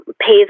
pays